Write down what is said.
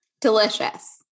delicious